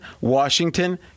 Washington